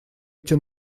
эти